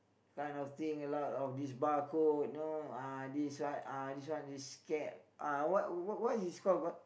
kind of thing a lot of this bar code you know uh this uh this one is scared uh what what what is this called what